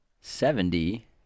Seventy